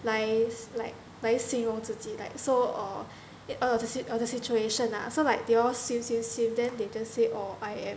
来 like 来形容自己 like so or or the situation lah so like they all swim swim swim then they just say oh I am